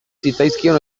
zitzaizkion